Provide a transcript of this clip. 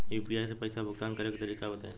UPI से पईसा भुगतान करे के तरीका बताई?